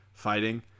fighting